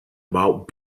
about